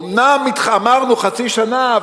אומנם אמרנו חצי שנה,